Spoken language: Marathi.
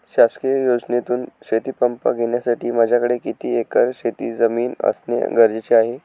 शासकीय योजनेतून शेतीपंप घेण्यासाठी माझ्याकडे किती एकर शेतजमीन असणे गरजेचे आहे?